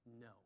no